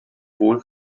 wohl